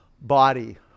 body